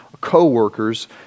co-workers